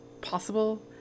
possible